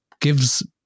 gives